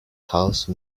house